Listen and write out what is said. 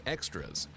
Extras